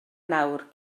nawr